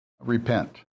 repent